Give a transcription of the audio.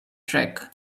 track